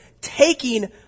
taking